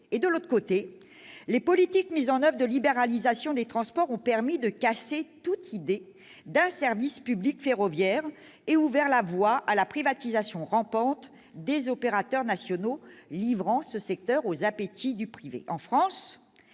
; de l'autre, les politiques de libéralisation des transports ont permis de casser toute idée d'un service public ferroviaire et ont ouvert la voie à la privatisation rampante des opérateurs nationaux, livrant ce secteur aux appétits du privé.